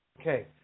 Okay